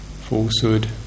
falsehood